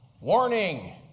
Warning